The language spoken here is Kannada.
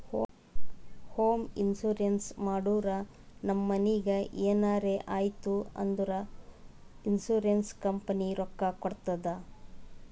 ಹೋಂ ಇನ್ಸೂರೆನ್ಸ್ ಮಾಡುರ್ ನಮ್ ಮನಿಗ್ ಎನರೇ ಆಯ್ತೂ ಅಂದುರ್ ಇನ್ಸೂರೆನ್ಸ್ ಕಂಪನಿ ರೊಕ್ಕಾ ಕೊಡ್ತುದ್